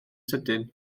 sydyn